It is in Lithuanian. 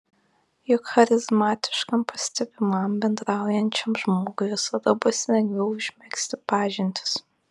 juk charizmatiškam pastebimam bendraujančiam žmogui visada bus lengviau užmegzti pažintis